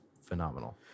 phenomenal